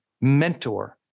mentor